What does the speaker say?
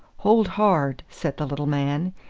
hold hard, said the little man,